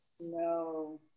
No